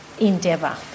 endeavour